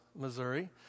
Missouri